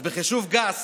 אז בחישוב גס